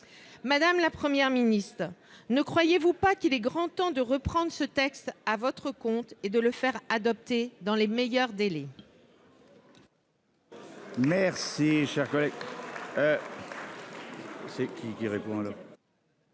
Madame la Première ministre, ne croyez-vous pas qu'il est grand temps de reprendre ce texte à votre compte et de le faire adopter dans les meilleurs délais ?